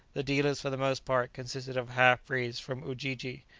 the dealers for the most part consisted of half-breeds from ujiji,